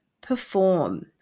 perform